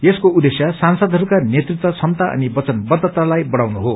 यसको उद्देश्य सांसदहरूका नेतृत्व क्षमता अनि वचनवद्धतालाई बढ़ाउनु हो